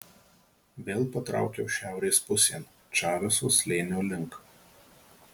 vėl patraukiau šiaurės pusėn čaveso slėnio link